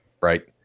right